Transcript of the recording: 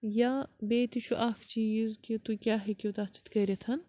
یا بیٚیہِ تہِ چھُ اَکھ چیٖز کہِ تُہۍ کیٛاہ ہیٚکِو تَتھ سۭتۍ کٔرِتھ